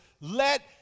Let